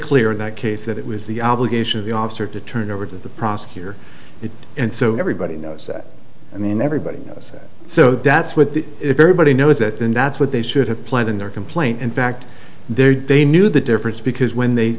clear that k that it was the obligation of the officer to turn over to the prosecutor it and so everybody knows that i mean everybody knows that so that's what the if everybody knows that then that's what they should have planned in their complaint in fact there they knew the difference because when they